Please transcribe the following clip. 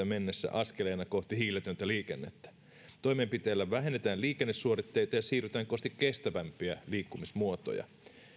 mennessä askeleena kohti hiiletöntä liikennettä toimenpiteillä vähennetään liikennesuoritteita ja siirrytään kohti kestävämpiä liikkumismuotoja